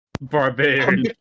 barbarian